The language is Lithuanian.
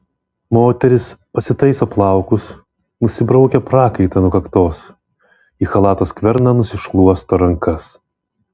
moteris pasitaiso plaukus nusibraukia prakaitą nuo kaktos į chalato skverną nusišluosto rankas